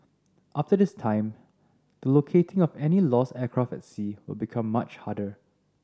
after this time the locating of any lost aircraft at sea will become much harder